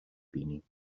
بینیم